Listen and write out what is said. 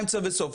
אמצע וסוף,